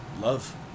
love